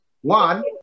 One